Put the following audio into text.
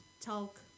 talk